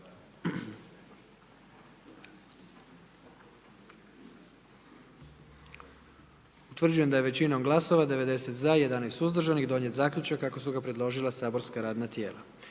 Utvrđujem da je većinom glasova, 78 za, 13 suzdržanih i 10 protiv donijet zaključak kako su predložila saborska radna tijela.